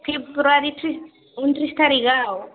फेब्रुवारि त्रिस उन्त्रिस थारिखआव